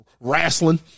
Wrestling